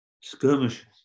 skirmishes